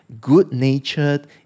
good-natured